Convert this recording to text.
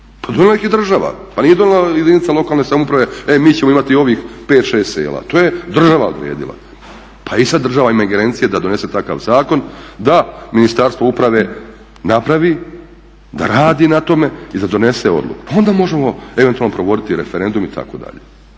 Pa donijela ih je država, pa nije donijela jedinca lokalne samouprave e mi ćemo imati ovih 5, 6 sela. To je država odredila. Pa i sada država ima ingerencije da donese takav zakon da Ministarstvo uprave napravi, da radi na tome i da donese odluke pa onda možemo eventualno provoditi referendum itd..